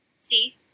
see